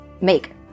make